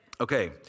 Okay